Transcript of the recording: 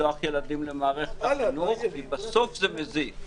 לשלוח ילדים למערכת החינוך כי בסוף זה מזיק.